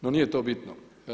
No nije to bitno.